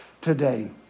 today